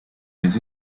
les